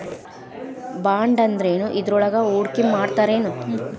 ಬಾಂಡಂದ್ರೇನ್? ಇದ್ರೊಳಗು ಹೂಡ್ಕಿಮಾಡ್ತಾರೇನು?